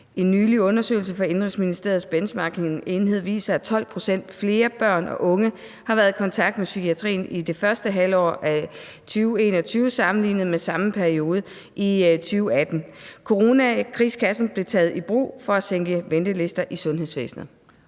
en nylig undersøgelse fra Indenrigsministeriets benchmarkingenhed viser, at 12 pct. flere børn og unge har været i kontakt med psykiatrien i første halvår af 2021 sammenlignet med samme periode i 2018, og idet »coronakrigskassen« blev taget i brug for at sænke ventelister i sundhedsvæsenet?